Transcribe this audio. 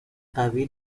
قوی